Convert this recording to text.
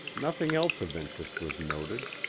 nothing else of interest was noted,